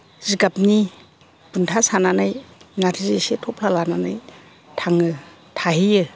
जिगाबनि बुन्था सानानै नार्जि इसे थफ्ला लानानै थाङो थाहैयो